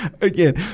again